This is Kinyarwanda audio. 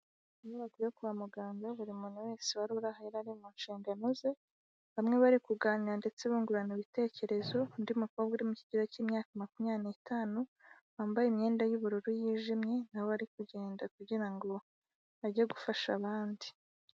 Inyubako yo kwa muganga, buri muntu wese wari uri aha ari mu nshingano ze. Bamwe bari kuganira ndetse bungurana ibitekerezo, undi mukobwa uri mu kigero cy'imyaka makumyabiri n'itanu, wambaye imyenda y'ubururu yijimye, na we ari kugenda kugira ngo ajye gufasha abandi.